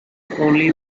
only